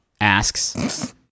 Asks